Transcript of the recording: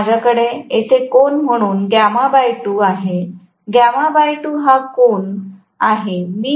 तर माझ्याकडे येथे कोन म्हणून γ २ आहे γ २ हा इथे कोन आहे